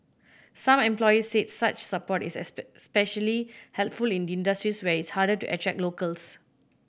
some employers said such support is especially helpful in industries where it is harder to attract locals